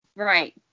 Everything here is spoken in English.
Right